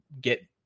get